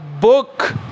book